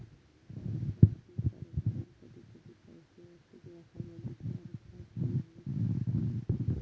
कर्जाची परतफेड कधी कधी पैशे वस्तू किंवा सामग्रीच्या रुपात पण होऊ शकता